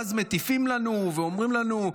ואז מטיפים לנו ואומרים לנו,